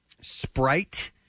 Sprite